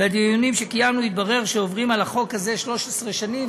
בדיונים שקיימנו התברר שעובדים על החוק הזה 13 שנים,